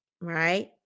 right